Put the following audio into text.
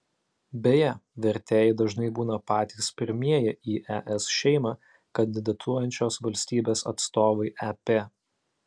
beje vertėjai dažnai būna patys pirmieji į es šeimą kandidatuojančios valstybės atstovai ep